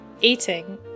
Eating